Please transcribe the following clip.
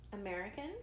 American